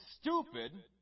stupid